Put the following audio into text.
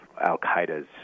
al-Qaeda's